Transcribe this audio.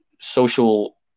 social